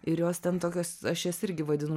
ir jos ten tokios aš jas irgi vadinu